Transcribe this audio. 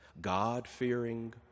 God-fearing